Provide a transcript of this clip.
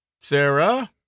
Sarah